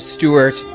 Stewart